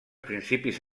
principis